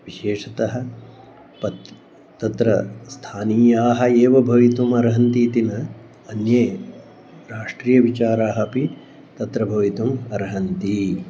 विशेषतः पत् तत्र स्थानीयाः एव भवितुम् अर्हन्ति इति न अन्ये राष्ट्रीयविचाराः अपि तत्र भवितुम् अर्हन्ति